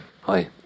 Hi